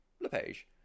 Lepage